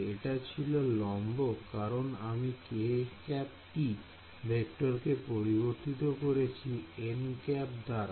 এটা ছিল লম্ব কারণ আমি kˆ t ভেক্টরকে পরিবর্তিত করেছি nˆ দাঁড়া